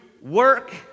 work